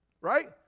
right